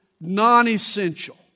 non-essential